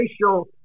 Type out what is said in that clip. racial